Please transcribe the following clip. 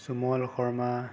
Sumal Sharma